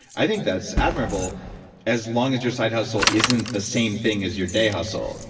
i think that's admirable as long as your side hustle isn't the same thing as your day hustle,